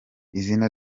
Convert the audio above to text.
izina